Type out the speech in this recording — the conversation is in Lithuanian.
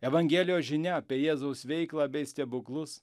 evangelijos žinia apie jėzaus veiklą bei stebuklus